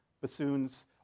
bassoons